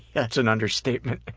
that's an understatement.